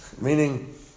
Meaning